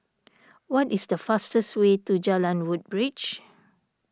what is the fastest way to Jalan Woodbridge